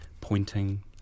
pointing